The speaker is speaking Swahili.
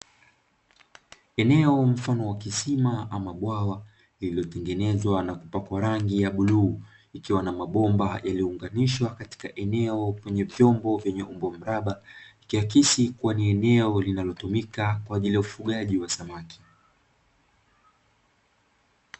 Eneo mfano wa kisima ama bwawa lililotengenezwa na kupakwa rangi ya bluu, likiwa na mabomba yaliyounganishwa katika eneo lenye vyombo vyenye umbo mraba, ikiakisi kuwa ni eneo linalotumika kwa ajili ya ufugaji wa samaki.